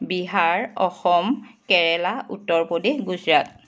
Bihar Assam Kerala Uttar Pradesh Gujarat